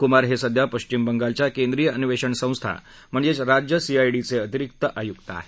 कुमार हे सध्या पश्चिम बंगालच्या केंद्रीय अन्वेषण संस्था म्हणजेच राज्य सीआयडीचे अतिरिक्त आयुक्त आहेत